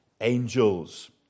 angels